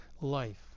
life